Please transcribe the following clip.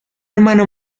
hermano